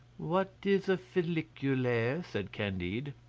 what is a folliculaire? said candide.